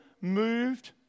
moved